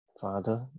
Father